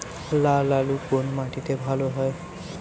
লাল আলু কোন মাটিতে ভালো হয়?